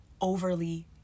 overly